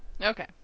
okay